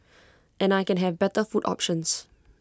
and I can have better food options